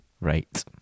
Right